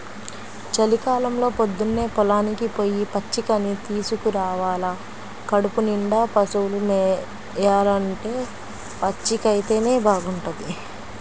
చలికాలంలో పొద్దన్నే పొలానికి పొయ్యి పచ్చికని తీసుకురావాల కడుపునిండా పశువులు మేయాలంటే పచ్చికైతేనే బాగుంటది